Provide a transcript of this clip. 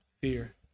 fear